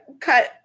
cut